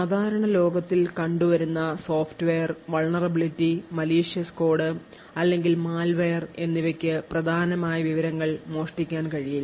സാധാരണ ലോകത്തിൽ കണ്ടുവരുന്ന സോഫ്റ്റ്വെയർ vulnerability malicious code അല്ലെങ്കിൽ malware എന്നിവയ്ക്ക് പ്രധാനമായ വിവരങ്ങൾ മോഷ്ടിക്കാൻ കഴിയില്ല